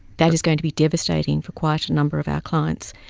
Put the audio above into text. that is going to be devastating for quite a number of our clients.